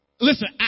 Listen